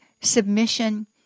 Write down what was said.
submission